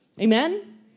Amen